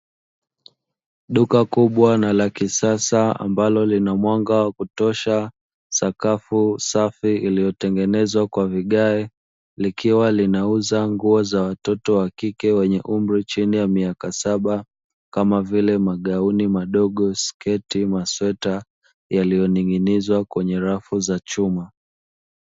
Duka kubwa na la kisasa ambalo lina mwanga wa kutosha, sakafu safi iliyotengenezwa kwa vigae, likiwa linauza nguo za watoto wa kike wenye umri chini ya miaka saba, kama vile magauni madogo, sketi, masweta, yaliyonging'inizwa kwenye rafu za chuma.